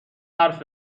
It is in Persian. حرف